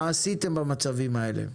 מה עשיתם במצבים האלה?